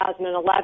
2011